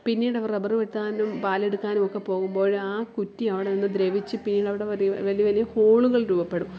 പിന്നീട് അവർ റബ്ബർ വെട്ടാനും പാൽ എടുക്കാനുമൊക്കെ പോകുമ്പോൾ ആ കുറ്റി അവിടെ നിന്ന് ദ്രവിച്ച് പിന്നീട് അവിടെ വലിയ വലിയ ഹോളുകൾ രൂപപ്പെടും